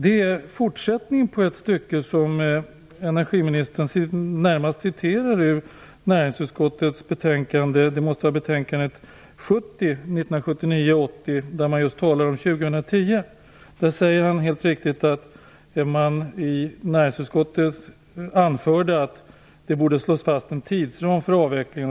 Energiministern citerar ur vad som måste vara näringsutskottets betänkande 70 från 1979/80, där man just talar om år 2010. Han säger helt riktigt att man i näringsutskottet anförde att det borde slås fast en tidsram för avvecklingen.